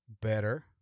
better